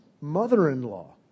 mother-in-law